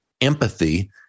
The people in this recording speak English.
empathy